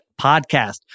podcast